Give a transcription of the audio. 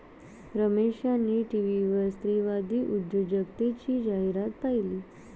रमेश यांनी टीव्हीवर स्त्रीवादी उद्योजकतेची जाहिरात पाहिली